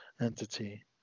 entity